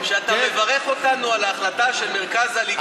שאתה מברך אותנו על ההחלטה של מרכז הליכוד,